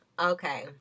Okay